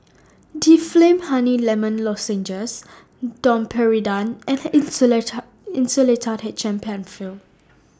Difflam Honey Lemon Lozenges Domperidone and Insulatard H M PenFill